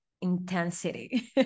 intensity